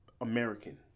american